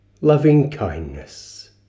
loving-kindness